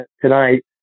tonight